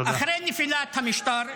אחרי נפילת המשטר,